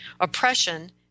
Oppression